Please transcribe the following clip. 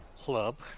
club